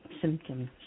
symptoms